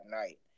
night